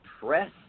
Press